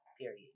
period